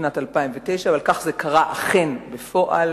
בשנת 2009, אבל כך זה קרה אכן בפועל.